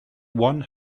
one